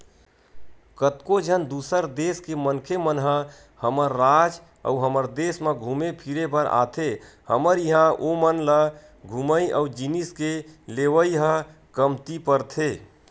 कतको झन दूसर देस के मनखे मन ह हमर राज अउ हमर देस म घुमे फिरे बर आथे हमर इहां ओमन ल घूमई अउ जिनिस के लेवई ह कमती परथे